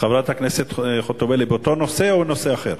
חברת הכנסת חוטובלי, באותו נושא או בנושא אחר?